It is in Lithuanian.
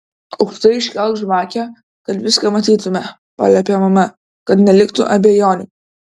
aukštai iškelk žvakę kad viską matytumėme paliepė mama kad neliktų abejonių